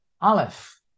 aleph